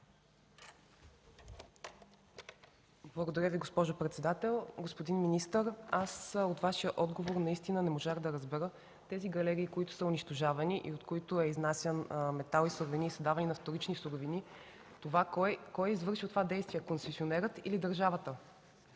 Благодаря Ви, госпожо председател. Господин министър, от Вашия отговор наистина не можах да разбера – галериите, които са унищожавани и от които е изнасян метал и суровини, и са давани на „Вторични суровини” – кой е извършил това действие, концесионерът или държавата?